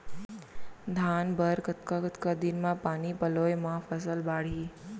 धान बर कतका कतका दिन म पानी पलोय म फसल बाड़ही?